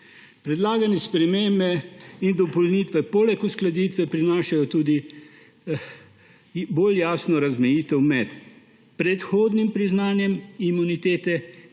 Predlagane spremembe in dopolnitve poleg uskladitve prinašajo tudi bolj jasno razmejitev med predhodnim priznanjem imunitete,